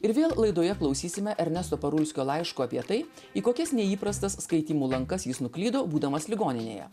ir vėl laidoje klausysime ernesto parulskio laiško apie tai į kokias neįprastas skaitymų lankas jis nuklydo būdamas ligoninėje